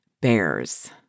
bears